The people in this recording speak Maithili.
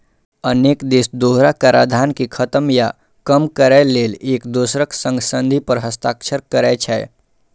अनेक देश दोहरा कराधान कें खत्म या कम करै लेल एक दोसरक संग संधि पर हस्ताक्षर करै छै